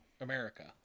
America